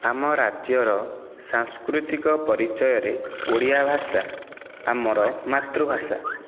ଆମ ରାଜ୍ୟର ସାଂସ୍କୃତିକ ପରିଚୟରେ ଓଡ଼ିଆ ଭାଷା ଆମର ମାତୃଭାଷା